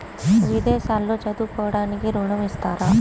విదేశాల్లో చదువుకోవడానికి ఋణం ఇస్తారా?